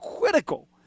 critical